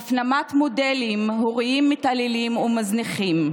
והפנמת מודלים הוריים מתעללים ומזניחים.